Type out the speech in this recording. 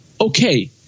okay